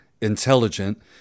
intelligent